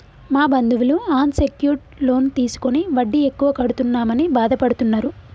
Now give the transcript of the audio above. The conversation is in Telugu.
మా బంధువులు అన్ సెక్యూర్డ్ లోన్ తీసుకుని వడ్డీ ఎక్కువ కడుతున్నామని బాధపడుతున్నరు